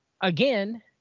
again